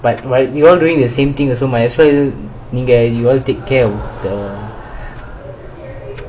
but what you all doing the same thing also might as well நீங்க:neenga you all take care of the